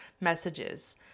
messages